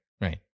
right